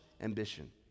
ambition